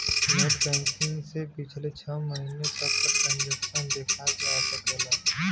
net banking से पिछले छः महीने तक क ट्रांसैक्शन देखा जा सकला